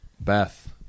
Beth